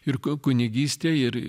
ir kunigystė ir